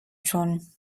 schon